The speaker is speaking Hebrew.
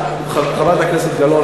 חברת הכנסת גלאון,